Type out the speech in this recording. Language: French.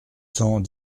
cent